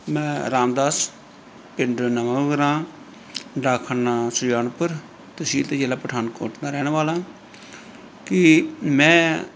ਮੈਂ ਰਾਮਦਾਸ ਪਿੰਡ ਨਵਾਂ ਗਰਾਂ ਡਾਕਖਾਨਾ ਸੁਜਾਨਪੁਰ ਤਹਿਸੀਲ ਅਤੇ ਜ਼ਿਲ੍ਹਾ ਪਠਾਨਕੋਟ ਦਾ ਰਹਿਣ ਵਾਲਾ ਕਿ ਮੈਂ